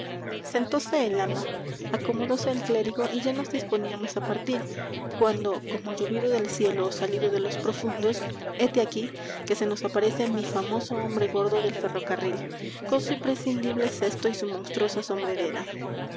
sentóse el ama acomodóse el clérigo y ya nos disponíamos á partir cuando como llovido del cielo ó salido de los profundos hete aquí que se nos aparece mi famoso hombre gordo del ferrocarril con su imprescindible cesto y su monstruosa sombrerera